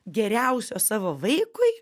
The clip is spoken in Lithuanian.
geriausio savo vaikui